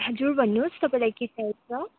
हजुर भन्नुहोस् तपाईँलाई के चाहिएको छ